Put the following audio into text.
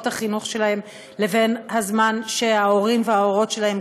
החינוך שלהן ובין הזמן שההורים וההורות שלהם,